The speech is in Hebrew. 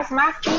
ואז מה עשינו?